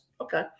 Okay